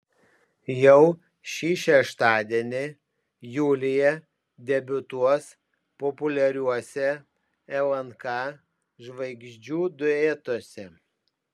jau šį šeštadienį julija debiutuos populiariuose lnk žvaigždžių duetuose